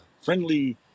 friendly